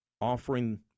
offering